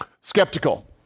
skeptical